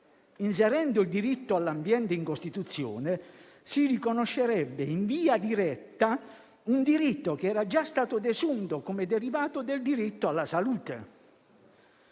Inserendo il diritto all'ambiente in Costituzione si riconoscerebbe, in via diretta, un diritto che era già stato desunto come derivato del diritto alla salute.